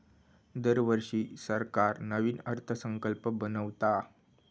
दरवर्षी सरकार नवीन अर्थसंकल्प बनवता